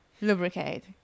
lubricate